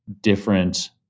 different